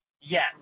Yes